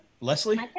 leslie